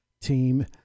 team